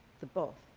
the both.